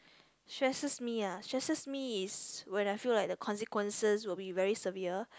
stresses me ah stresses me is when I feel like the consequences will be very severe